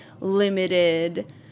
limited